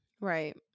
Right